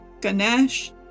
Ganesh